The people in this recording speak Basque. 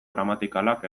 gramatikalak